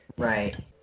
Right